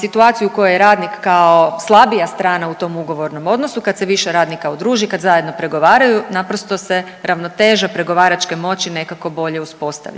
situaciju u kojoj je radnik kao slabija strana u tom ugovornom odnosu kad se više radnika udruži i kad zajedno pregovaraju naprosto se ravnoteža pregovaračke moći nekako bolje uspostavlja,